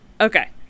Okay